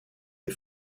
des